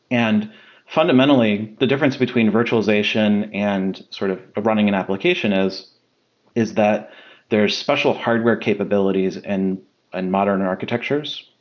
and fundamentally, the difference between virtualization and sort of of running an application is is that there are special hardware capabilities and and modern architectures.